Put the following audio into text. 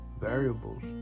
variables